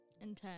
intense